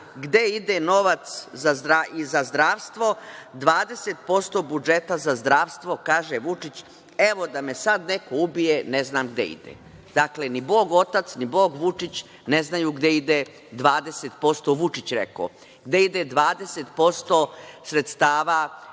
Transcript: gde ide novac za zdravstvo. Dvadeset posto budžeta za zdravstvo, kaže Vučić, evo, da me sad neko ubije, ne znam gde ide. Dakle, ni Bog Otac, ni bog Vučić ne znaju gde ide 20%, Vučić rekao, sredstava